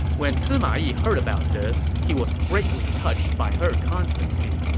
when sima yi heard about this, he was greatly touched by her constancy.